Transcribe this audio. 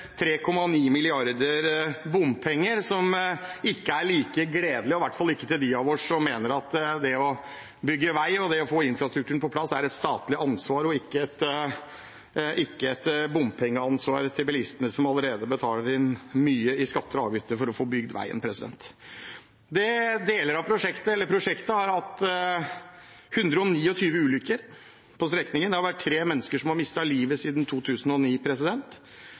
like gledelig, i hvert fall ikke for dem av oss som mener at det å bygge vei og det å få infrastrukturen på plass er et statlig ansvar og ikke et bompengeansvar for bilistene, som allerede betaler inn mye i skatter og avgifter for å få bygd veien. Det har vært 129 ulykker på strekningen. Tre mennesker har mistet livet siden 2009, en har blitt svært alvorlig skadd, to alvorlig skadde, og 123 mennesker har blitt lettere skadd på